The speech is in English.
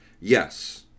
Yes